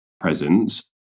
presence